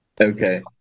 Okay